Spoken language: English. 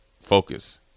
focus